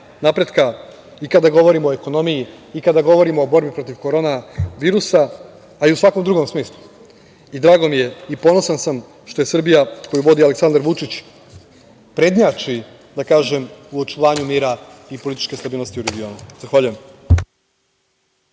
napretka i kada govorimo o ekonomiji, i kada govorimo o borbi protiv korona virusa, a i u svakom drugom smislu. Drago mi je i ponosan sam što je Srbija, koju vodi Aleksandar Vučić, prednjači, da kažem, u očuvanju mira i političke stabilnosti u regionu. Zahvaljujem.